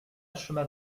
chemin